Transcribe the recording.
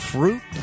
Fruit